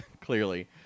clearly